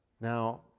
now